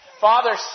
Father